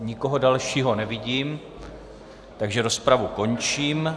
Nikoho dalšího nevidím, takže rozpravu končím.